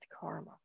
karma